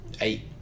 eight